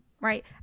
right